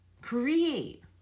create